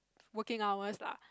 working hours lah